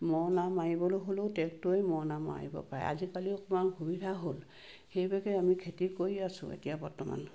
মৰণা মাৰিবলৈ হ'লেও টেক্টৰে মৰণা মাৰিব পাৰে আজিকালি অকণমান সুবিধা হ'ল সেইভাগে আমি খেতি কৰি আছোঁ এতিয়া বৰ্তমান